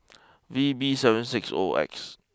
V B seven six O X